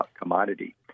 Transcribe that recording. commodity